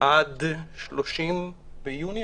עד 30 ביוני,